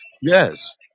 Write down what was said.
Yes